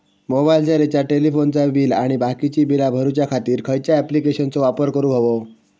मोबाईलाचा रिचार्ज टेलिफोनाचा बिल आणि बाकीची बिला भरूच्या खातीर खयच्या ॲप्लिकेशनाचो वापर करूक होयो?